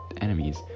enemies